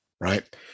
right